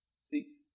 See